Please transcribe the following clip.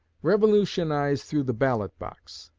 revolutionize through the ballot-box,